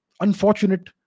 unfortunate